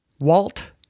Walt